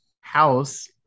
house